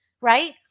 right